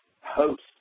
host